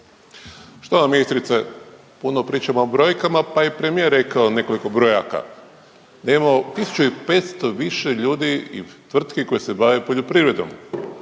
Štovana ministrice, puno pričamo o brojkama pa je i premijer rekao nekoliko brojaka. Evo 1 500 više ljudi i tvrtki koji se bave poljoprivredom,